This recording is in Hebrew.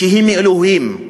שהיא מאלוהים,